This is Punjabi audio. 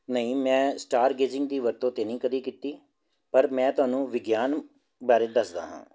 ਨਹੀਂ ਮੈਂ ਸਟਾਰਗੇਜਿੰਗ ਦੀ ਵਰਤੋਂ ਤਾਂ ਨਹੀਂ ਕਦੇ ਕੀਤੀ ਪਰ ਮੈਂ ਤੁਹਾਨੂੰ ਵਿਗਿਆਨ ਬਾਰੇ ਦੱਸਦਾ ਹਾਂ